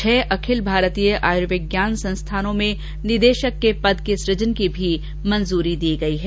छह अखिल भारतीय आयुर्विज्ञान संस्थानों में निदेशक के पद के सुजन की भी मंजूरी दी गई है